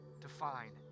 define